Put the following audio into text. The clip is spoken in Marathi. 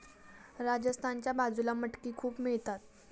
राजस्थानच्या बाजूला मटकी खूप मिळतात